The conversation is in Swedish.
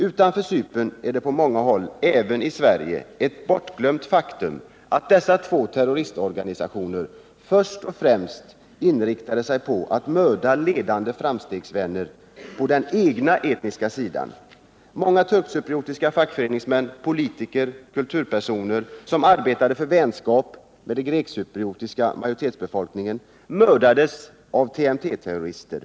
Utanför Cypern är det på många håll, även i Sverige, ett bortglömt faktum att dessa två terroristorganisationer först och främst inriktade sig på att mörda ledande framstegsvänner på den egna etniska sidan. Många turkcypriotiska fackföreningsmän, politiker och kulturpersoner, som arbetade för vänskap med den Nr 48 grekcypriotiska majoritetsbefolkningen, mördades av TMT-terrorister.